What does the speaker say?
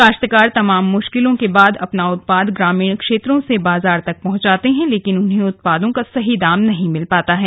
काश्तकार तमाम मुश्किलों के बाद अपना उत्पाद ग्रामीण क्षेत्रों से बाजार तक तो पहुंचाते हैं लेकिन उन्हें उत्पादों का सही दाम नहीं मिल पाता है